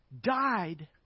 died